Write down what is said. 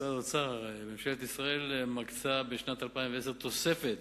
משרד האוצר, ממשלת ישראל מקצה בשנת 2010 תוספת